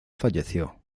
falleció